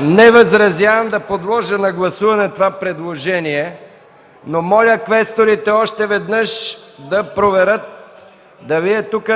Не възразявам да подложа на гласуване предложението, но моля квесторите още веднъж да проверят дали са тук